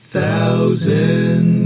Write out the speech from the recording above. Thousand